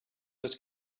was